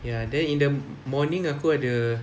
ya then in the morning I'll got the